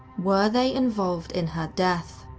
were they involved in her death?